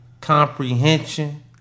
Comprehension